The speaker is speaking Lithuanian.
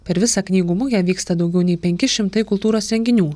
per visą knygų mugę vyksta daugiau nei penki šimtai kultūros renginių